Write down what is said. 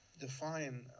define